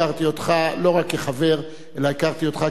הכרתי אותך לא רק כחבר אלא הכרתי אותך